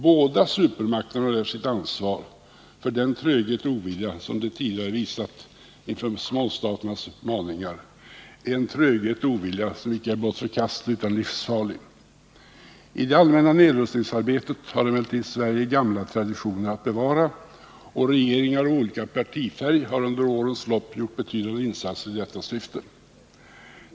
Båda supermakterna har där sitt ansvar, och den tröghet eller ovilja som de tidigare har visat inför småstaternas maningar är icke blott förkastlig utan livsfarlig. I det allmänna nedrustningsarbetet har Sverige gamla traditioner att bevara, och regeringar av olika partifärg har under årens lopp gjort betydande insatser i detta syfte.